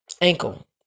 ankle